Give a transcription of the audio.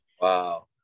wow